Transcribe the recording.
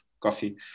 coffee